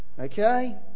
okay